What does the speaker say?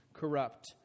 corrupt